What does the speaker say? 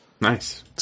Nice